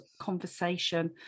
conversation